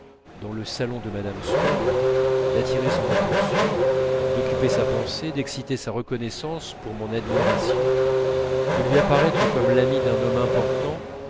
dans le salon de mme swann d'attirer son attention d'occuper sa pensée d'exciter sa reconnaissance pour mon admiration de lui apparaître comme l'ami d'un homme important